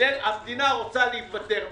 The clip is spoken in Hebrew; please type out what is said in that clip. המדינה רוצה להתפטר מזה,